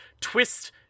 twist